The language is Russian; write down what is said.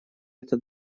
это